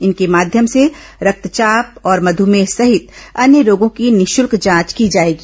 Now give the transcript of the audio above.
इनके माध्यम से रक्तचाप और मधुमेह सहित अन्य रोगों की निःशुल्क जांच की जाएगी